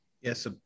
Yes